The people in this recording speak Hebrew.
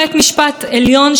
רק לשם השוואה,